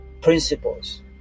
principles